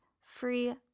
free